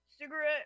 Cigarette